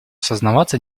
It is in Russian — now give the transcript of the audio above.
сознаваться